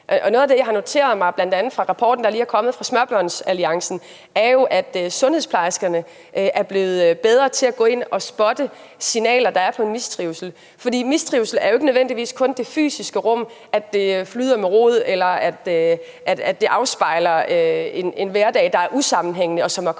noget af det, jeg bl.a. har noteret mig fra den rapport, der lige er kommet fra Småbørnsalliancen, er, at sundhedsplejerskerne er blevet bedre til at gå ind og spotte signaler på mistrivsel. For mistrivsel viser sig jo ikke nødvendigvis kun i det fysiske rum, altså at det flyder med rod eller afspejler en hverdag, der er usammenhængende, og som er konfus.